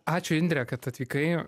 ačiū indre kad atvykai